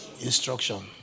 Instruction